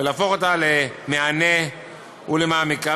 ולהפוך אותה למהנה ולמעמיקה.